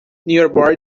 nearby